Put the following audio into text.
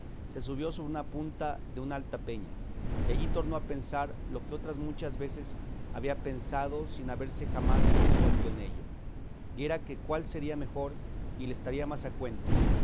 se subió sobre una punta de una alta peña y allí tornó a pensar lo que otras muchas veces había pensado sin haberse jamás resuelto en ello y era que cuál sería mejor y le estaría más a cuento